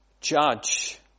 judge